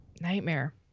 Nightmare